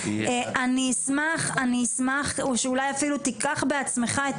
אני אשמח שאולי אפילו תיקח בעצמך את